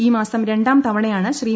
ഈ മാസം രണ്ടാം തവണയാണ് ശ്രീ